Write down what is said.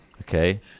Okay